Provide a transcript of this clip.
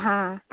हा